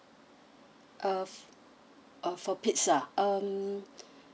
uh uh for pizza um